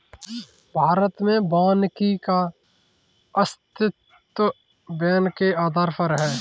भारत में वानिकी का अस्तित्व वैन के आधार पर है